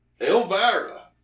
Elvira